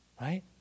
Right